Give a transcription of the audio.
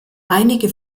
einige